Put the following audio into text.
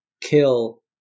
kill